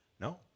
No